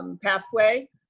um pathway.